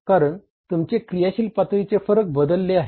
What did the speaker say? कारण तुमचे क्रियाशील पातळीचे फरक बदलले आहे